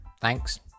Thanks